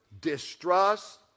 distrust